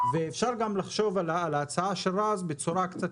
ואפשר גם לחשוב על ההצעה של רז בצורה קצת